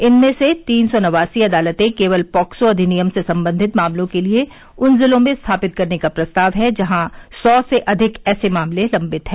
इनमें से तीन सौ नवासी अदालतें केवल पॅक्सो अधिनियम से संबंधित मामलों के लिए उन जिलों में स्थापित करने का प्रस्ताव है जहां सौ से अधिक ऐसे मामले लंबित हैं